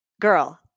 Girl